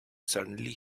suddenly